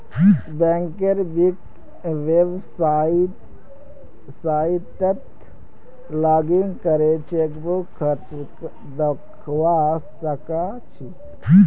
बैंकेर website login करे chequebook खर्च दखवा स ख छि